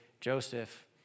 joseph